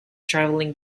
travelling